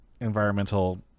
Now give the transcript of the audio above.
environmental